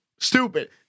stupid